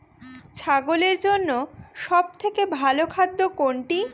ছাগলের জন্য সব থেকে ভালো খাদ্য কোনটি?